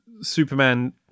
Superman